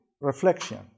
reflection